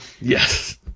Yes